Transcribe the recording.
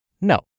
No